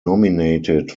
nominated